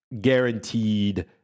guaranteed